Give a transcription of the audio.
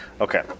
Okay